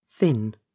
thin